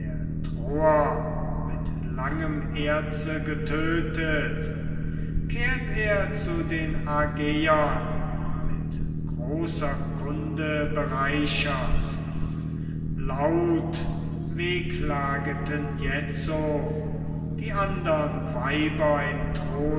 troer mit langem erze getötet kehrt er zu den argeiern mit großer kunde bereichert laut wehklageten jetzo die andern weiber in